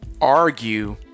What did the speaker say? argue